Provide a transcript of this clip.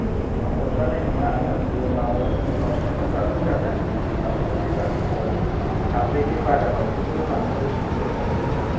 इसेबां अरजानाय नङा उनाव उनव साथाम गाखो जागोन सिगाङाव सासे गाखो जागोन साब्रैनि बाराबा खिन्थु लांनो उसुबिदा जागोन आरो